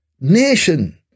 nation